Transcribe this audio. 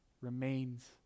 remains